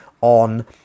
on